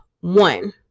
one